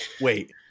Wait